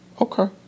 okay